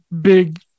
big